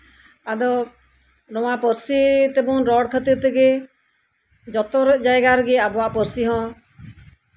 ᱟᱫᱚ ᱱᱚᱣᱟ ᱯᱟᱹᱨᱥᱤ ᱛᱮᱵᱚᱱ ᱨᱚᱲ ᱠᱷᱟᱹᱛᱤᱨ ᱛᱮ ᱡᱚᱛᱚ ᱡᱟᱭᱜᱟ ᱨᱮᱜᱮ ᱟᱵᱚᱣᱟ ᱯᱟᱹᱨᱥᱤ ᱦᱚᱸ